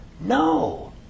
No